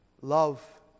love